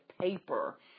paper